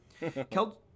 Keld